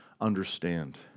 understand